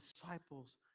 disciples